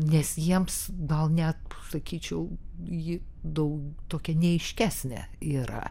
nes jiems gal net sakyčiau ji daug tokia neaiškesnė yra